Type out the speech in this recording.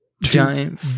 Giant